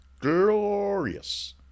glorious